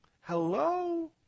Hello